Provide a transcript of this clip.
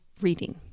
reading